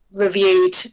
reviewed